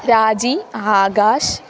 राजी आकाशः